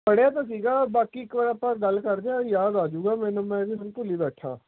ਪੜ੍ਹਿਆ ਤਾਂ ਸੀਗਾ ਬਾਕੀ ਇੱਕ ਵਾਰ ਆਪਾਂ ਗੱਲ ਕਰਦੇ ਹਾਂ ਯਾਦ ਆ ਜਾਵੇਗਾ ਮੈਨੂੰ ਮੈਂ ਵੀ ਹੁਣ ਭੁੱਲੀ ਬੈਠਾ